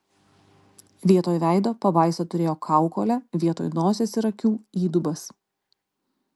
vietoj veido pabaisa turėjo kaukolę vietoj nosies ir akių įdubas